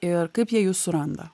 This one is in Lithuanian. ir kaip jie jus suranda